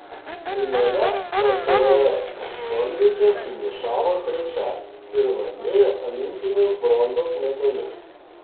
finale tsrs aštuonvietė finišavo trečia ir laimėjo olimpinius bronzos medalius